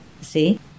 see